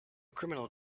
criminal